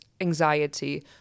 anxiety